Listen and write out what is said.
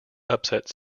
upset